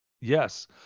Yes